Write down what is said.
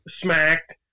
smacked